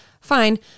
Fine